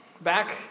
Back